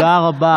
תודה רבה,